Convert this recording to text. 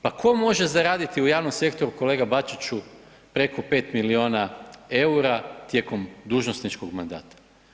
Pa tko može zaraditi u javnom sektoru, kolega Bačiću preko 5 milijuna eura tijekom dužnosničkog mandata?